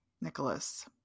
Nicholas